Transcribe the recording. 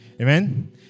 Amen